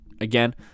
Again